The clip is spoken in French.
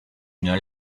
une